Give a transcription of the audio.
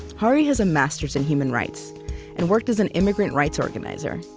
hari has a master's in human rights and worked as an immigrant rights organizer,